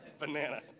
Banana